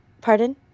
pardon